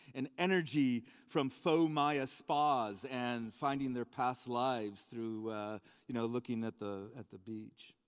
and energy from faux-maya spas and finding their past lives through you know looking at the at the beach.